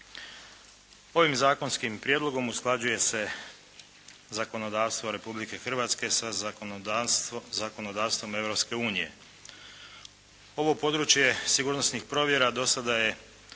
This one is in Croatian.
Ovim zakonskim prijedlogom usklađuje se zakonodavstvo Republike Hrvatske sa zakonodavstvom Europske unije. Ovo područje sigurnosnih provjera do sada je